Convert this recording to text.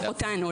להפיץ אותנו.